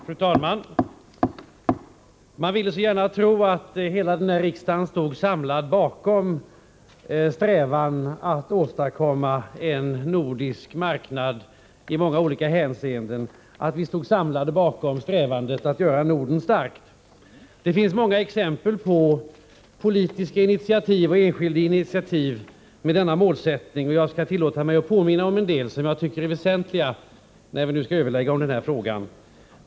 Fru talman! Man ville så gärna tro att hela denna riksdag stod samlad bakom strävandet att åstadkomma en nordisk marknad i många olika hänseenden, att vi stod enade bakom strävandet att göra Norden starkt. Det finns många exempel på politiska och enskilda initiativ med denna målsättning, och jag skall tillåta mig att påminna om en del som jag tycker är väsentiga när vi nu skall överlägga om den här frågan.